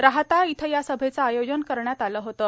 राहता इथं या सभेच आयोजन करण्यात आलं होतं